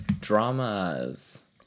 dramas